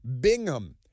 Bingham